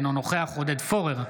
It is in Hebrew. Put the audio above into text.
אינו נוכח עודד פורר,